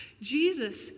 Jesus